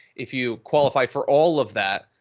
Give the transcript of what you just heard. if you qualify for all of that.